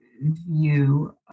view